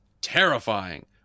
terrifying